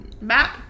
map